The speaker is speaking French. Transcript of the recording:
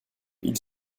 ils